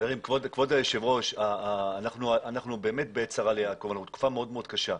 כבוד היושב ראש, אנחנו בתקופה מאוד מאוד קשה.